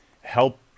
help